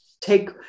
take